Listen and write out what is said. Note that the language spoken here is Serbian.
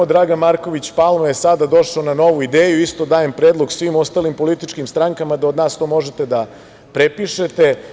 Dragan Marković Palma je sada došao na novu ideju, isto dajem predlog svim ostalim političkim strankama da od nas možete da prepišete.